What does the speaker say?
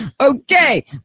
Okay